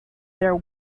their